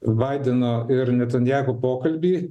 baideno ir natanjahu pokalbį